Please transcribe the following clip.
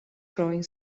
growing